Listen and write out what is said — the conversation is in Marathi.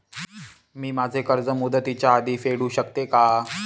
मी माझे कर्ज मुदतीच्या आधी फेडू शकते का?